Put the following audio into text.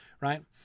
right